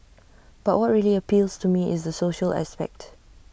but what really appeals to me is the social aspect